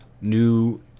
New